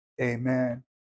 Amen